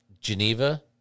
Geneva